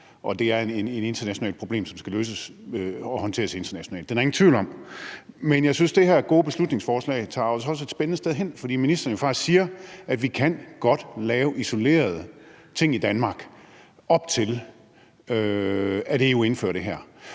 det er et internationalt problem, som skal løses og håndteres internationalt. Det er der ingen tvivl om. Men jeg synes, det her gode beslutningsforslag tager os et spændende sted hen, fordi ministeren faktisk siger, at vi godt kan lave isolerede ting i Danmark, op til EU indfører det her.